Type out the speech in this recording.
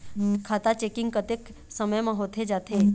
खाता चेकिंग कतेक समय म होथे जाथे?